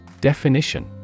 Definition